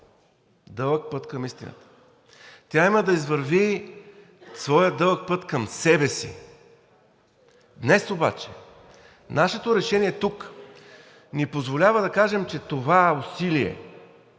дълъг път към истината. Тя има да извърви своя дълъг път към себе си. Днес обаче нашето решение тук ни позволява да кажем, че това усилие